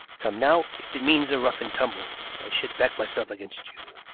come, now, if it means a rough-and-tumble, i should back myself against you,